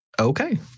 Okay